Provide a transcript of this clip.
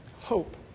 Hope